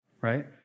right